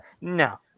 no